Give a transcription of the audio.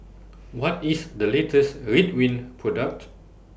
What IS The latest Ridwind Product